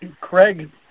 Craig